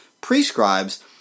prescribes